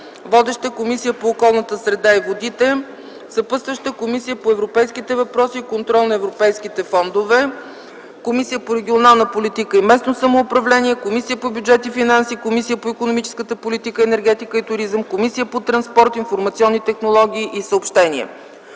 Водеща е Комисията по околната среда и водите, съпътстващи са Комисията по европейските въпроси и контрол на европейските фондове, Комисията по регионална политика и местно самоуправление, Комисията по бюджет и финанси, Комисията по икономическата политика, енергетика и туризъм и Комисията по транспорт, информационни технологии и съобщения.